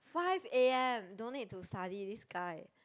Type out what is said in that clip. five a_m don't need to study this guy